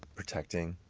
protecting,